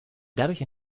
dadurch